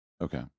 Okay